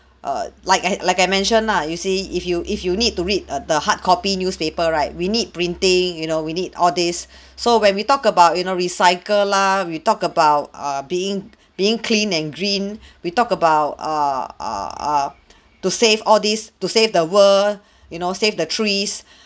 err like I like I mentioned ah you see if you if you need to read err the hard copy newspaper right we need printing you know we need all this so when we talk about you know recycle lah we talk about err being being clean and green we talk about err err err to save all this to save the world you know save the trees